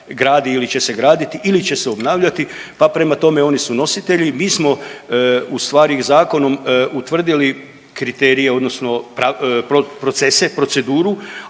gradi ili će se graditi ili će se obnavljati, pa prema tome oni su nositelji. Mi smo ustvari zakonom utvrdili kriterije odnosno procese, proceduru,